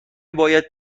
باید